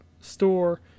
store